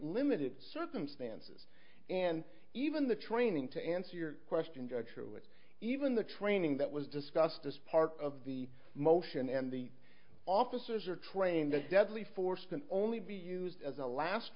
limited circumstances and even the training to answer your question through it even the training that was discussed as part of the motion and the officers are trained to deadly force that only be used as a last